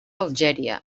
algèria